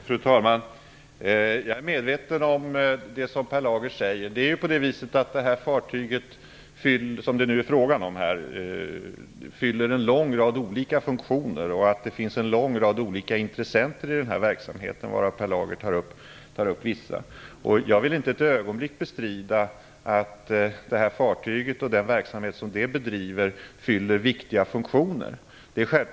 Fru talman! Jag är medveten om det Per Lager säger. Det fartyg det nu är frågan om fyller en lång rad olika funktioner. Det finns en lång rad olika intressenter i verksamheten, varav Per Lager tar upp vissa. Jag vill inte ett ögonblick bestrida att fartyget och den verksamhet man där bedriver fyller viktiga funktioner.